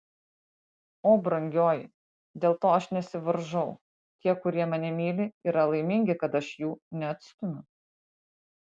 o brangioji dėl to aš nesivaržau tie kurie mane myli yra laimingi kad aš jų neatstumiu